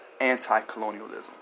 anti-colonialism